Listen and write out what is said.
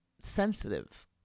sensitive